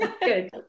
Good